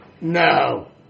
No